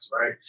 right